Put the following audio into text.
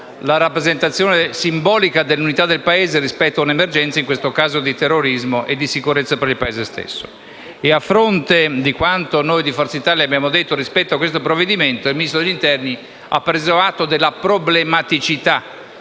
la rappresentazione simbolica dell'unità del Paese rispetto a un'emergenza, in questo caso, di terrorismo e di sicurezza per il Paese stesso. A fronte di quanto noi di Forza Italia abbiamo detto rispetto a questo provvedimento, il Ministro dell'interno ha preso atto della problematicità